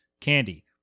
candy